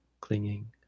clinging